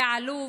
זה עלוב,